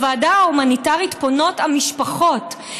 לוועדה ההומניטרית פונות המשפחות,